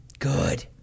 Good